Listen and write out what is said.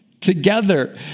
together